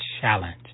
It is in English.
challenge